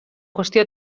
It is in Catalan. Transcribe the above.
qüestió